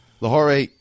Lahore